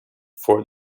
for